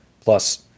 Plus